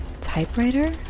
typewriter